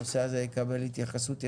הנושא הזה יקבל התייחסות יסודית.